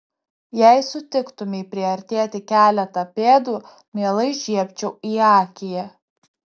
jei sutiktumei priartėti keletą pėdų mielai žiebčiau į akį